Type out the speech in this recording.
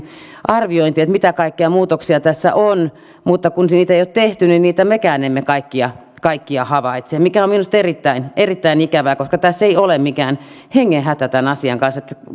arviointi siitä mitä kaikkia muutoksia tässä on mutta kun sitä ei ole tehty niin niitä mekään emme kaikkia kaikkia havaitse mikä on minusta erittäin erittäin ikävää koska tässä ei ole mikään hengenhätä tämän asian kanssa